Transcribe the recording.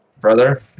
brother